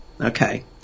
Okay